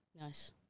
Nice